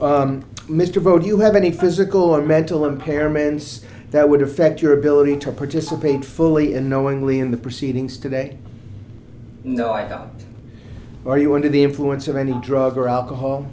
rove mr bode you have any physical or mental impairments that would affect your ability to participate fully in knowingly in the proceedings today no i don't or you were under the influence of any drug or alcohol